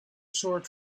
sword